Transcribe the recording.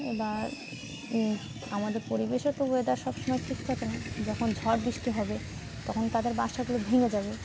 এবার আমাদের পরিবেশে তো ওয়েদার সবসময় ঠিক থাকে না যখন ঝড় বৃষ্টি হবে তখন তাদের বাসাগুলো ভেঙে যাবে